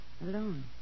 Alone